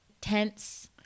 tense